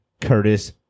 Curtis